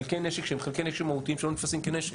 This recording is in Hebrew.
חלקי נשק שהם חלקי נשק מהותיים שלא נתפסים כנשק,